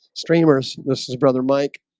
streamers, this is brother. mike